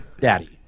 daddy